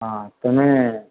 હા તમે